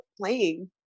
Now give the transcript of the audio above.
playing